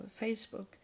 Facebook